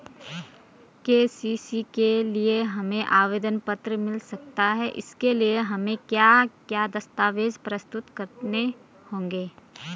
KCC के लिए हमें आवेदन पत्र मिल सकता है इसके लिए हमें क्या क्या दस्तावेज़ प्रस्तुत करने होंगे?